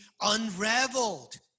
unraveled